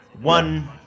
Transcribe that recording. one